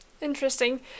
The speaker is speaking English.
Interesting